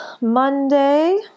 Monday